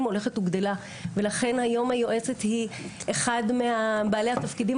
הולכת וגדלה ולכן היום היועצת היא אחד מבעלי התפקידים